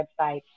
website